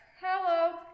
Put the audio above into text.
Hello